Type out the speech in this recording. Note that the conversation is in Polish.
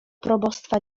probostwa